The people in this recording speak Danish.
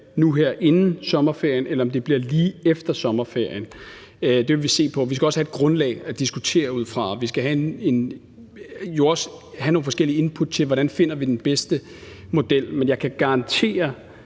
nu her inden sommerferien, eller om det bliver lige efter sommerferien, vil vi se på. Vi skal også have et grundlag at diskutere ud fra, og vi skal jo også have nogle forskellige input til, hvordan vi finder den bedste model. Men jeg kan garantere